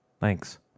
thanks